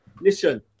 Listen